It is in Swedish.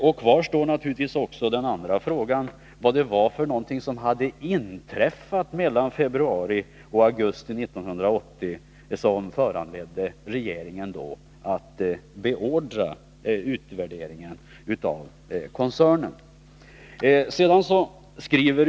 Obesvarad står också den andra frågan, om vad som hade inträffat mellan februari och augusti 1980 och som föranledde regeringen att beordra utvärderingen av koncernen.